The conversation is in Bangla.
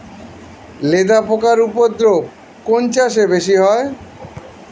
লেদা পোকার উপদ্রব কোন চাষে বেশি হয়?